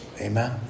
Amen